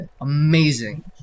amazing